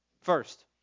First